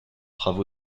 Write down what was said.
travaux